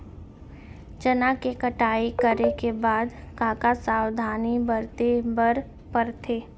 चना के कटाई करे के बाद का का सावधानी बरते बर परथे?